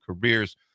careers